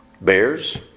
bears